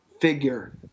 figure